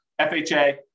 FHA